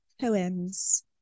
Poems